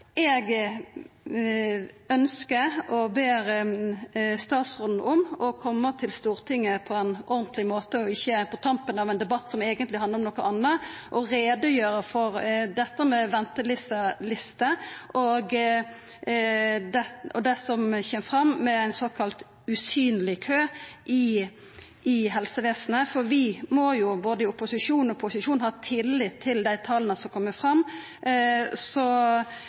Eg ønskjer at statsråden – og ber han om det – kjem til Stortinget på ein ordentleg måte, og ikkje på tampen av ein debatt som eigentleg handlar om noko anna, og gjer greie for dette med ventelister og det som kjem fram om ein såkalla usynleg kø i helsevesenet. Vi må i både opposisjon og posisjon ha tillit til dei tala som kjem fram.